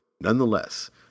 Nonetheless